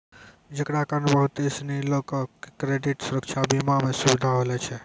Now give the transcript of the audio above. जेकरा कारण बहुते सिनी लोको के क्रेडिट सुरक्षा बीमा मे सुविधा होलो छै